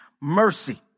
mercy